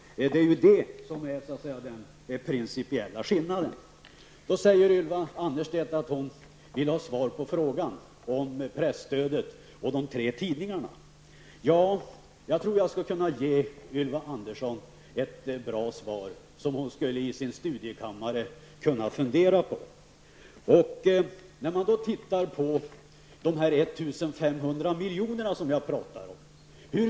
Det är ju det som är den principiella skillnaden i jämförelse med den nedskärning som ni nu föreslår. Ylva Annerstedt vill ha svar på den fråga hon ställde om presstödet och de tre tidningarna. Jag tror att jag skulle kunna ge Ylva Annerstedt ett bra svar som hon kunde fundera över i sin studerkammare. Hur mycket får Dagens Nyhter av de 1 500 miljoner som jag pratar om?